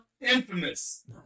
infamous